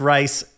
Race